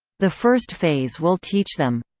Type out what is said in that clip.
the first phase will teach them